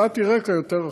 נתתי רקע יותר רחב.